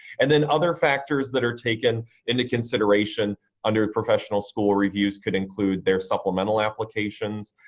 and then other factors that are taken into consideration under professional school reviews could include their supplemental applications.